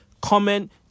comment